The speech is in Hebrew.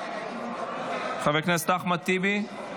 חבר הכנסת אחמד טיבי?